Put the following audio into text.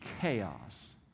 chaos